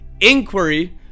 inquiry